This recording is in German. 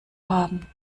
haben